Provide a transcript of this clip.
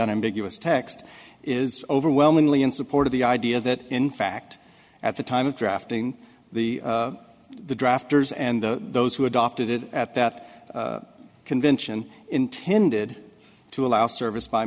unambiguous text is overwhelmingly in support of the idea that in fact at the time of drafting the the drafters and those who adopted it at that convention intended to allow service by